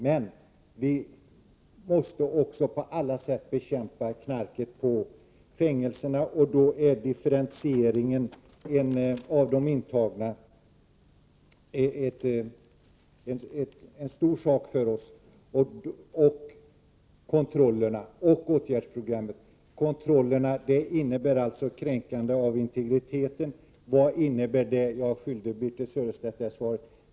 Men vi måste också på alla sätt bekämpa knarket på fängelserna, och då är differentiering av de intagna en stor sak för oss, liksom kontrollerna och åtgärdsprogrammet. Kontrollerna innebär alltså kränkande av integriteten. Jag är skyldig Birthe Sörestedt svar på vad detta innebär. Jo, det innebär alltså kroppsundersökningar, undersökningar av kroppens håligheter, som det brukar uttryckas.